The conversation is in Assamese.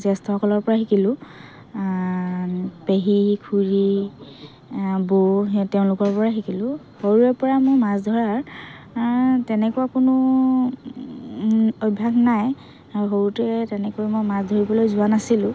জ্যেষ্ঠসকলৰ পৰা শিকিলোঁ পেহী খুৰী বৌ সিহঁত তেওঁলোকৰ পৰা শিকিলোঁ সৰুৰে পৰা মোৰ মাছ ধৰাৰ তেনেকুৱা কোনো অভ্যাস নাই আৰু সৰুতে তেনেকৈ মই মাছ ধৰিবলৈ যোৱা নাছিলোঁ